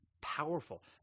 Powerful